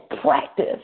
practice